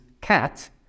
cat